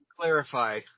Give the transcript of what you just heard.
clarify